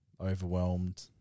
overwhelmed